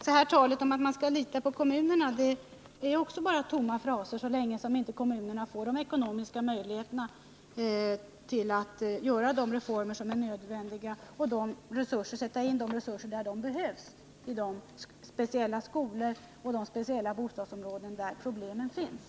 Så talet om att man skall lita på kommunerna är bara en tom fras så länge som kommunerna inte får de ekonomiska möjligheterna att genomföra de nödvändiga reformerna och sätta in resurser där sådana behövs — i de speciella skolor och i de speciella bostadsområden där problemen finns.